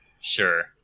Sure